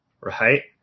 Right